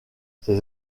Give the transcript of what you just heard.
ses